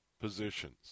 positions